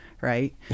right